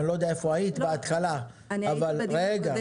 ואני לא יודע איפה היית בהתחלה -- אני הייתי בדיון הקודם -- רגע,